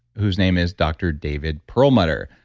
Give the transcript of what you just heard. whose name is dr. david perlmutter,